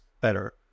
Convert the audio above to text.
better